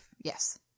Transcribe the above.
Yes